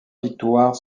victoires